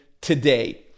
today